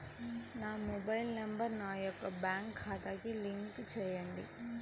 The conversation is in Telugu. నా మొబైల్ నంబర్ నా యొక్క బ్యాంక్ ఖాతాకి లింక్ చేయండీ?